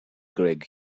greg